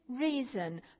reason